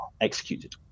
executed